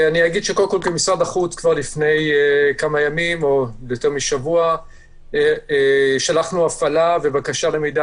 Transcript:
קודם כל במשרד החוץ כבר לפני כמה ימים שלחנו הפעלה ובקשה למידע